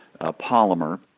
polymer